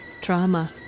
trauma